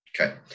Okay